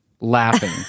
laughing